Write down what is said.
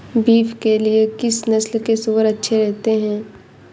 Beef के लिए किस नस्ल के सूअर अच्छे रहते हैं?